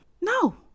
no